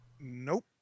Nope